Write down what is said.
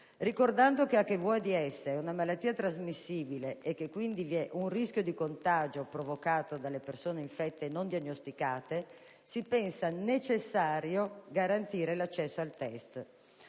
Ricordando che l'HIV-AIDS è una malattia trasmissibile e che vi è quindi un rischio di contagio provocato dalle persone infette non diagnosticate, si pensa necessario garantire l'accesso al test.